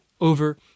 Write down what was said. over